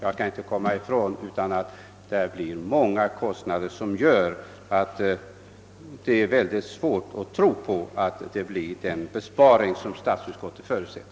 Jag kan inte komma ifrån att det blir många extra kostnader och jag kan därför inte tro på att det skulle bli den besparing som statsutskottet förutsätter.